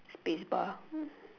spacebar